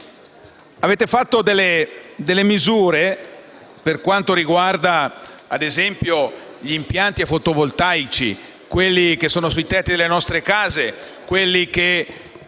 Avete varato delle misure per quanto riguarda - ad esempio - gli impianti fotovoltaici che sono sui tetti delle nostre case e che